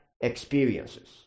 experiences